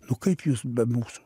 nu kaip jūs be mūsų